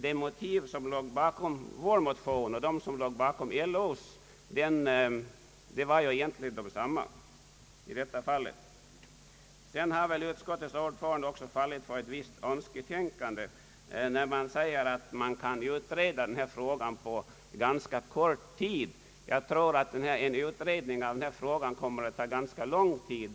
De motiv som låg bakom vår motion och de som låg bakom LO:s framställning var desamma. Utskottets ordförande synes också ha fallit för ett visst önsketänkande när han säger att denna fråga kan utredas på ganska kort tid. Jag tror att en utredning i detta fall kommer att ta tämligen lång tid.